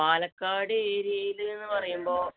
പാലക്കാട് ഏരിയയിലെന്ന് പറയുമ്പോള്